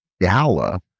Gala